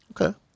Okay